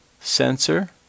sensor